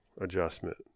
adjustment